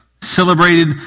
celebrated